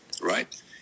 right